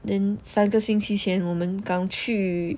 then 三个星期前我们刚去